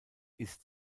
ist